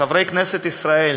חברי כנסת ישראל,